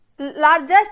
Largest